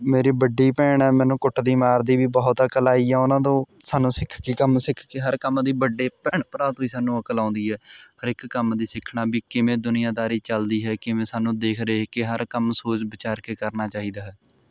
ਮੇਰੀ ਵੱਡੀ ਭੈਣ ਹੈ ਮੈਨੂੰ ਕੁੱਟਦੀ ਮਾਰਦੀ ਵੀ ਬਹੁਤ ਹੈ ਅਕਲ ਆਈ ਆ ਉਹਨਾਂ ਤੋਂ ਸਾਨੂੰ ਸਿੱਖ ਕੇ ਕੰਮ ਸਿੱਖ ਕੇ ਹਰ ਕੰਮ ਦੀ ਵੱਡੇ ਭੈਣ ਭਰਾ ਤੋਂ ਹੀ ਸਾਨੂੰ ਅਕਲ ਆਉਂਦੀ ਹੈ ਹਰ ਇੱਕ ਕੰਮ ਦੀ ਸਿੱਖਣਾ ਵੀ ਕਿਵੇਂ ਦੁਨੀਆਦਾਰੀ ਚੱਲਦੀ ਹੈ ਕਿਵੇਂ ਸਾਨੂੰ ਦੇਖ ਰਹੇ ਕਿ ਹਰ ਕੰਮ ਸੋਚ ਵਿਚਾਰ ਕੇ ਕਰਨਾ ਚਾਹੀਦਾ ਹੈ